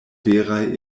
veraj